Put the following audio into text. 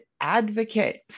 advocate